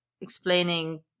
explaining